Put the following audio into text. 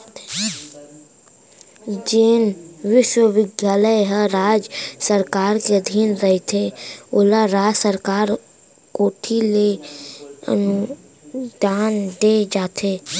जेन बिस्वबिद्यालय ह राज सरकार के अधीन रहिथे ओला राज सरकार कोती ले अनुदान देय जाथे